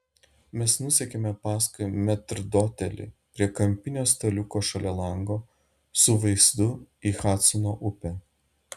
mes nusekėme paskui metrdotelį prie kampinio staliuko šalia lango su vaizdu į hadsono upę